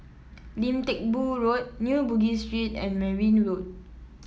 Lim Teck Boo Road New Bugis Street and Merryn Road